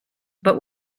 but